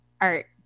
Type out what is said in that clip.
art